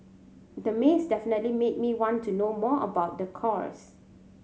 the maze definitely made me want to know more about the course